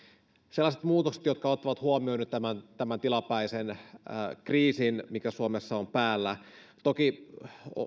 sellaiset muutokset jotka ottavat huomioon tämän tilapäisen kriisin mikä suomessa on päällä toki